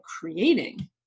creating